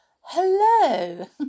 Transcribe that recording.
hello